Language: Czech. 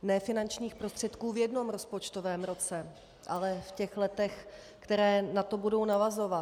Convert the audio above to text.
Ne finančních prostředků v jednom rozpočtovém roce, ale v těch letech, která na to budou navazovat.